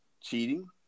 cheating